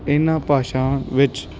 ਇਹਨਾਂ ਭਾਸ਼ਾ ਵਿੱਚ